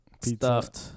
stuffed